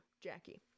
Jackie